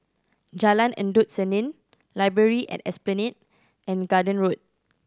Jalan Endut Senin Library at Esplanade and Garden Road